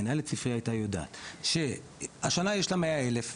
מנהלת הספרייה הייתה יודעת שהשנה יש לה 100,000 שקל,